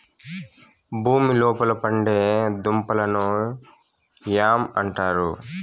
భూమి లోపల పండే దుంపలను యామ్ అంటారు